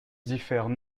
diffèrent